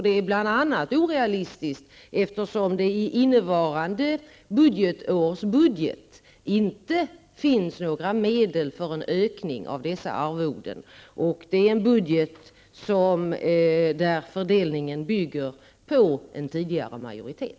Det är bl.a. orealistiskt eftersom det i det innevarande årets budget inte finns några medel för en ökning av dessa arvoden. Det är en budget där fördelningen bygger på en tidigare majoritet.